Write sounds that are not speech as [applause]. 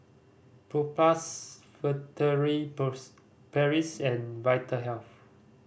Propass Furtere [unintelligible] Paris and Vitahealth